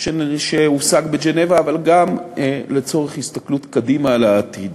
שהושג בז'נבה אבל גם לצורך הסתכלות קדימה על העתיד.